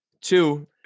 two